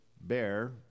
bear